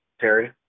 Terry